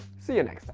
see you next